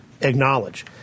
acknowledge